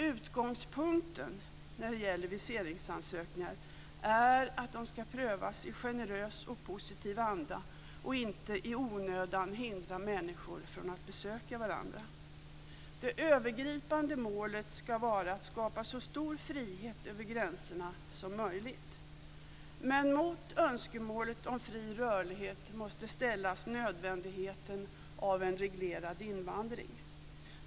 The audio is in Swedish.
Utgångspunkten när det gäller viseringsansökningar är att de ska prövas i generös och positiv anda och inte i onödan ska hindra människor från att besöka varandra. Det övergripande målet ska vara att skapa så stor frihet för rörelse över gränserna som möjligt. Men mot önskemålet om fri rörlighet måste ställas nödvändigheten av en reglerad invandring.